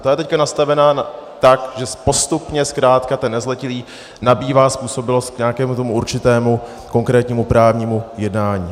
Ta je teď nastavena tak, že postupně zkrátka ten nezletilý nabývá způsobilost k nějakému tomu určitému konkrétnímu právnímu jednání.